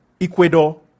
Ecuador